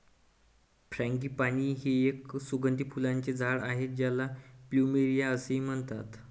frangipani हे एक सुगंधी फुलांचे झाड आहे ज्याला प्लुमेरिया असेही म्हणतात